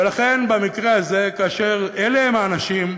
ולכן, במקרה הזה, כאשר אלה הם האנשים,